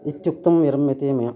इत्युक्तं विरम्यते मया